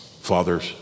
Fathers